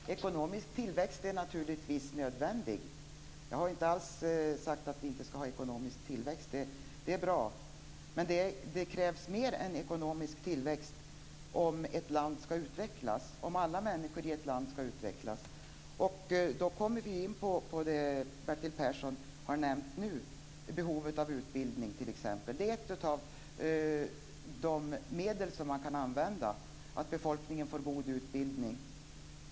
Fru talman! Ekonomisk tillväxt är naturligtvis nödvändig. Jag har inte alls sagt att vi inte skall ha ekonomisk tillväxt. Det är någonting bra. Men det krävs mer än ekonomisk tillväxt om ett land skall utvecklas, och om alla människor i ett land skall utvecklas. Då kommer vi också in på det som Bertil Persson nämnde nu, dvs. behovet av utbildning. Det är ett av de medel man kan använda - att befolkningen får god utbildning.